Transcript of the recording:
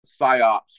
PSYOPs